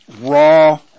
raw